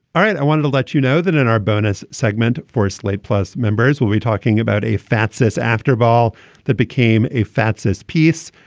all right. i want to let you know that in our bonus segment for slate plus members, we'll be talking about a fatsis after ball that became a fatsis piece.